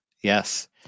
Yes